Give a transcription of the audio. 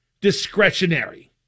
discretionary